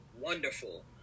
wonderful